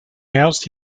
housed